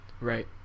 Right